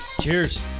cheers